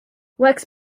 works